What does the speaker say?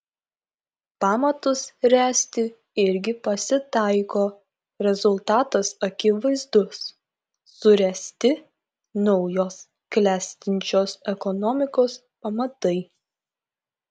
pamatus ręsti irgi pasitaiko rezultatas akivaizdus suręsti naujos klestinčios ekonomikos pamatai